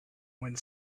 wind